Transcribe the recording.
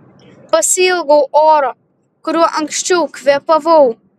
pasiilgau oro kuriuo anksčiau kvėpavau